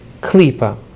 klipa